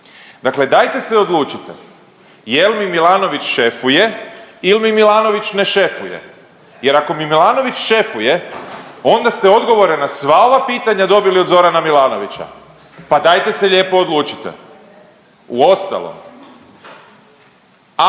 Dakle dajte se odlučite, jel mi Milanović šefuje il mi Milanović ne šefuje. Jer ako mi Milanović šefuje, onda ste odgovore na sva ova pitanja dobili od Zorana Milanovića pa dajte se lijepo odlučite. Uostalom,